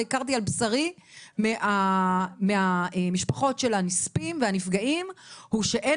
והכרתי על בשרי מהמשפחות של הנספים והנפגעים הוא שאין